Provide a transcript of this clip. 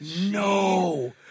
No